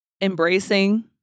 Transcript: embracing